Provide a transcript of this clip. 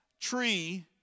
tree